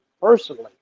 personally